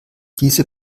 diese